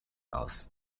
aus